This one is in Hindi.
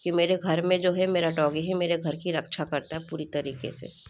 कि मेरे घर में जो है मेरा डॉगी है मेरे घर की रक्षा करता है पूरी तरीके से